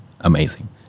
amazing